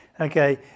Okay